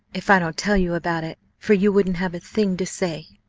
if i don't tell you about it, for you wouldn't have a thing to say,